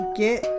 get